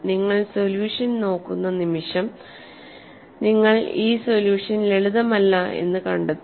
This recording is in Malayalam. നിങ്ങൾ സൊല്യൂഷൻ നോക്കുന്ന നിമിഷം നിങ്ങൾ ഈ സൊല്യൂഷൻ ലളിതമല്ല എന്ന് കണ്ടെത്തും